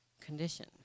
condition